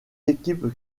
équipes